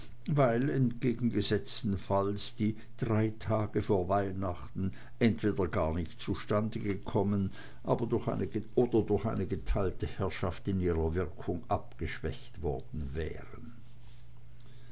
weil entgegengesetztenfalls die drei tage vor weihnachten entweder gar nicht zustande gekommen oder aber durch eine geteilte herrschaft in ihrer wirkung abgeschwächt worden wären